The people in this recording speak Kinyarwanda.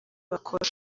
bakora